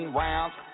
rounds